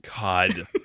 god